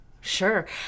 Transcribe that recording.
sure